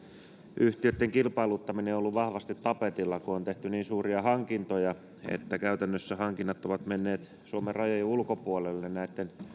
yhtiöiden kilpailuttaminen on ollut vahvasti tapetilla kun on tehty niin suuria hankintoja että käytännössä hankinnat ovat menneet suomen rajojen ulkopuolelle näitten